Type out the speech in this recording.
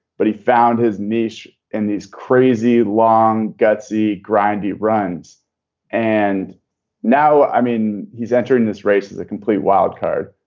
but he found his knees in these crazy, long, gutsy grind it runs and now, i mean, he's entering this race is a complete wildcard.